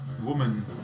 woman